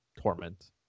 torment